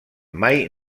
mai